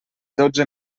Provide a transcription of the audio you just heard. dotze